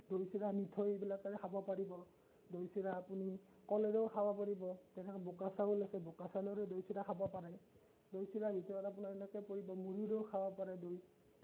দৈ চিৰা মিঠৈ এইবিলাকেৰে খাব পাৰিব দৈ চিৰা আপুনি কলেৰেও খাব পাৰিব তেনেকৈ বোকা চাউল আছে বোকা চাউলেৰে দৈ চিৰা খাব পাৰে দৈ চিৰাৰ ভিতৰত আপোনাৰ এনেকৈ পাৰিব মুড়িৰো খাব পাৰে দৈ